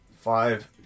Five